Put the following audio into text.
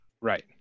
Right